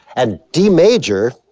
and d major.